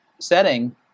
setting